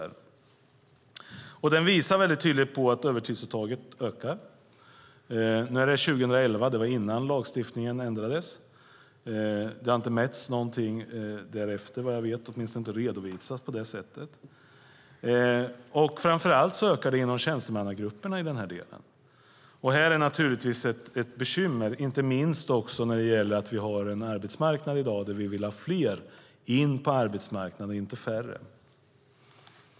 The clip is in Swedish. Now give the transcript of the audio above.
Rapporten visar tydligt att övertidsuttaget ökat 2011. Det var innan lagstiftningen ändrades. Det har inte mätts något därefter, vad jag vet, eller har åtminstone inte redovisats på det sättet. Framför allt ökar övertiden inom tjänstemannagrupperna i den delen. Det här är naturligtvis ett bekymmer, inte minst för att vi har en arbetsmarknad där vi vill få in fler, inte färre.